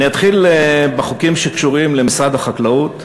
אתחיל בחוקים שקשורים למשרד החקלאות.